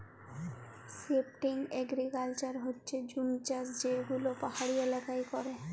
shifting agriculture হচ্যে জুম চাষ যে গুলা পাহাড়ি এলাকায় ক্যরে